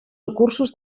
recursos